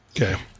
okay